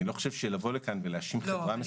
אני לא חושב שלבוא לכאן ולהאשים חברה מסוימת